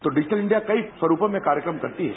तो digital India कई स्वरूपों में कार्यक्रम करती है